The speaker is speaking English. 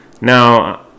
Now